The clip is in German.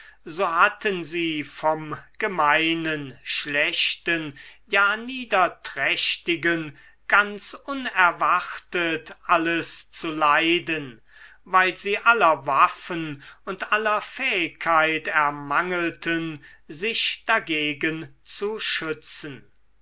so hatten sie vom gemeinen schlechten ja niederträchtigen ganz unerwartet alles zu leiden weil sie aller waffen und aller fähigkeit ermangelten sich dagegen zu schützen